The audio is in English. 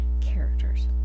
characters